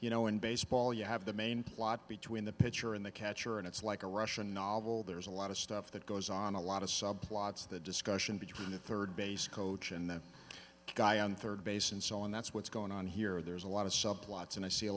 you know in baseball you have the main plot between the pitcher in the catcher and it's like a russian novel there's a lot of stuff that goes on a lot of subplots the discussion between the third base coach and the guy on third base and so on that's what's going on here there's a lot of subplots and i see a